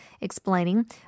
explaining